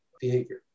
behavior